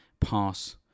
pass